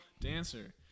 dancer